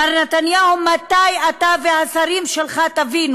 מר נתניהו, מתי אתה והשרים שלך תבינו